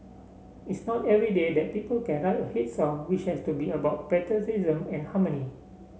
it's not every day that people can write a hit song which has to be about patriotism and harmony